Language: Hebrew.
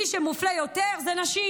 ומי שמופלה יותר זה נשים,